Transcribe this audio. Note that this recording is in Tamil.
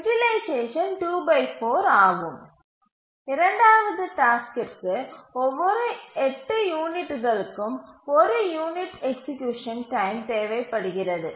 யூட்டிலைசேஷன் ஆகும் இரண்டாவது டாஸ்க்கிற்கு ஒவ்வொரு 8 யூனிட்டுகளுக்கும் 1 யூனிட் எக்சீக்யூசன் டைம் தேவைப்படுகிறது